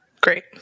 Great